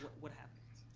what what happens?